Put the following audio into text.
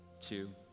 two